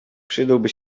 przydałby